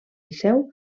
liceu